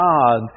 God